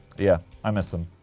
yeah, i miss him,